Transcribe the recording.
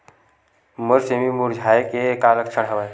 मोर सेमी मुरझाये के का लक्षण हवय?